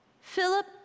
Philip